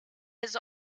has